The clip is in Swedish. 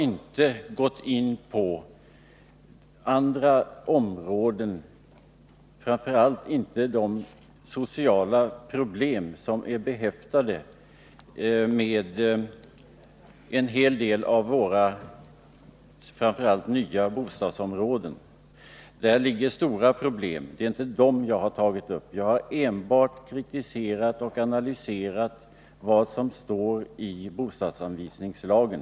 inte gått in på andra områden, framför allt inte de sociala problem som en hel del av våra bostadsområden — i synnerhet nya — är behäftade med. Där finns stora problem. Det är inte dem jag har tagit upp. Jag har enbart kritiserat och analyserat vad som står i bostadsanvisningslagen.